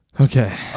Okay